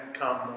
come